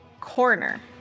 corner